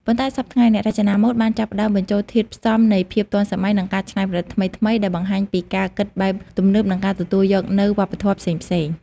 ប៉ុន្តែសព្វថ្ងៃ អ្នករចនាម៉ូដបានចាប់ផ្តើមបញ្ចូលធាតុផ្សំនៃភាពទាន់សម័យ និងការច្នៃប្រឌិតថ្មីៗ ដែលបង្ហាញពីការគិតបែបទំនើបនិងការទទួលយកនូវវប្បធម៌ផ្សេងៗ។